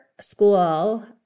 school